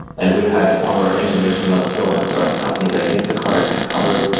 and we've had former engineers from us go and start companies like instacard and cover,